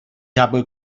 habe